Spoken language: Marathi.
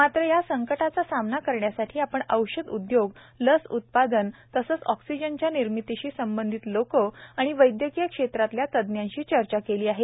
मात्र या संकटाचा सामना करण्यासाठी आपण औषध उद्योग लस उत्पादन तसंच ऑक्सिजनच्या निर्मितीशी संबंधित लोकं आणि वैद्यकीय क्षेत्रातल्या तज्ञांशी चर्चा केली आहे